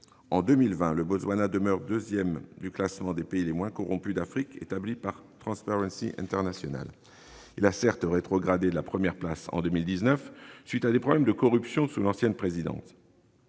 En 2020, le Botswana conserve ainsi la deuxième place du classement des pays les moins corrompus d'Afrique établi par Transparency International. Il a certes rétrogradé de la première place en 2019, à la suite de problèmes de corruption sous l'ancienne présidence.